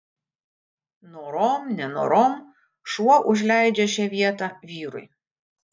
norom nenorom šuo užleidžia šią vietą vyrui